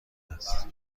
است